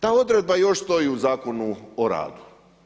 Ta odredba još stoji u Zakonu o radu.